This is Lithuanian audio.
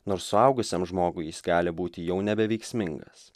nors suaugusiam žmogui jis gali būti jau nebeveiksmingas